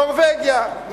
נורבגיה,